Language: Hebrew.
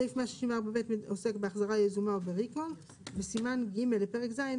סעיף 164 ב' עוסק בהחזרה יזומה וריקול וסימן ג' לפרק ז'